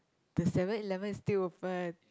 the seven-eleven is still open